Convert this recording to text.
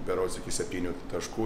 berods iki septynių taškų